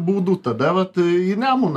būdų tada vat į nemuną